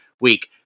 week